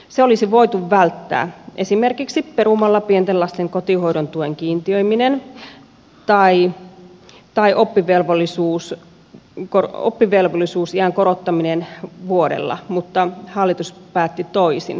se olisi voitu välttää esimerkiksi perumalla pienten lasten kotihoidon tuen kiintiöimisen tai oppivelvollisuusiän korottamisen vuodella mutta hallitus päätti toisin